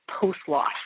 post-loss